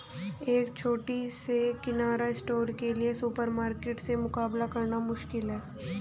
एक छोटे से किराना स्टोर के लिए सुपरमार्केट से मुकाबला करना मुश्किल है